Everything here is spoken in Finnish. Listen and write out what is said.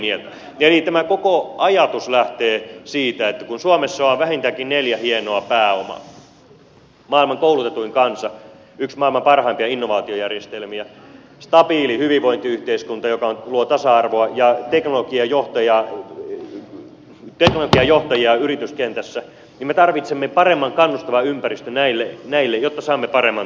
eli tämä koko ajatus lähtee siitä että kun suomessa on vähintäänkin neljä hienoa pääomaa maailman koulutetuin kansa yksi maailman parhaimpia innovaatiojärjestelmiä stabiili hyvinvointiyhteiskunta joka luo tasa arvoa ja teknologiajohtajia yrityskentässä niin me tarvitsemme paremman kannustavan ympäristön näille jotta saamme paremman tuoton ja nyt se tapahtuu